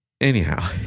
Anyhow